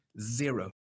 Zero